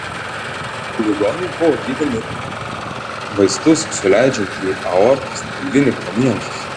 ligoniai buvo gydomi vaistus suleidžiant į aortos pilvinį kamieną